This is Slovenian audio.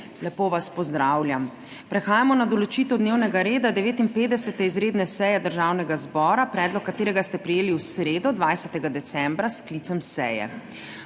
Lepo vas pozdravljam! Prehajamo na določitev dnevnega reda 59. izredne seje Državnega zbora, predlog katerega ste prejeli v sredo 20. decembra s sklicem seje.